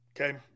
Okay